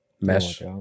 mesh